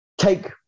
take